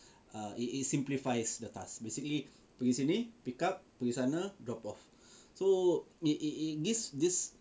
err it it simplifies the task basically pergi sendiri pick up pergi sana drop off so it it it gives this